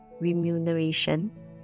remuneration